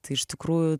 tai iš tikrųjų